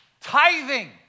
Tithing